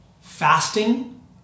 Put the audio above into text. Fasting